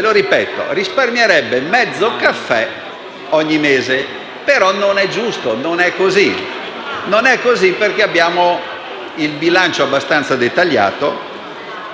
lo ripeto, risparmierebbe mezzo caffè ogni mese. Ma non è giusto, non è così, perché abbiamo il bilancio abbastanza dettagliato